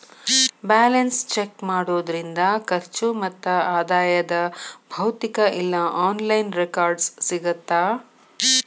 balance check ಮಾಡೋದ್ರಿಂದ ಖರ್ಚು ಮತ್ತ ಆದಾಯದ್ ಭೌತಿಕ ಇಲ್ಲಾ ಆನ್ಲೈನ್ ರೆಕಾರ್ಡ್ಸ್ ಸಿಗತ್ತಾ